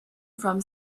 from